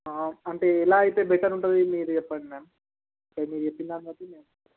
అంటే ఇలా అయితే బెటర్ ఉంటుంది మీరు చెప్పండి మ్యామ్ సో మీరు చెప్పినదానిబట్టి